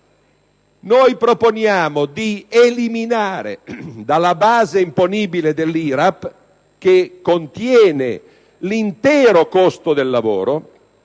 proponiamo di eliminare dalla base imponibile dell'IRAP, che contiene l'intero costo del lavoro,